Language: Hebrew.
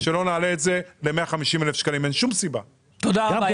תודה רבה.